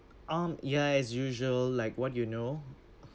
um yeah as usual like what you know